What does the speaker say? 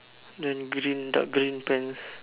the green dark green pants